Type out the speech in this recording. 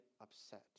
upset